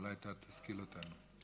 אולי אתה תשכיל אותנו.